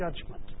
judgment